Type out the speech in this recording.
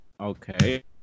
Okay